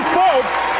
folks